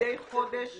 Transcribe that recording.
מדי חודש